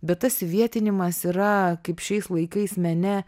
bet tas įvietinimas yra kaip šiais laikais mene